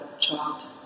child